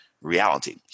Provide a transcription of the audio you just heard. reality